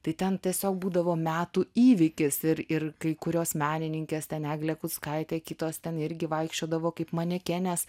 tai ten tiesiog būdavo metų įvykis ir ir kai kurios menininkės ten eglė kuckaitė kitos ten irgi vaikščiodavo kaip manekenės